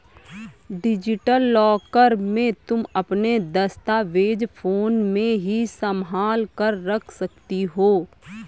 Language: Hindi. डिजिटल लॉकर में तुम अपने दस्तावेज फोन में ही संभाल कर रख सकती हो